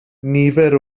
nifer